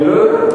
אני לא יודע.